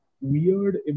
weird